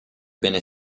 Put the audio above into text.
bene